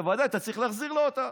אתה בוודאי צריך להחזיר לו אותה.